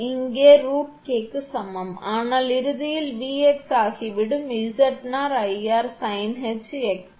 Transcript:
இங்கே அது √𝐾 க்கு சமம் அதனால் இறுதியில் 𝑉𝑥 ஆகிவிடும் 𝑍𝑜 𝐼𝑟 sinh 𝑥√𝑘